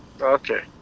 okay